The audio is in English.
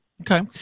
Okay